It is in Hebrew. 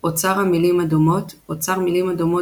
אוצר המילים הדומות – אוצר מילים הדומות